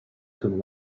cum